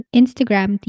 Instagram